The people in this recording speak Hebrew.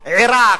עירק,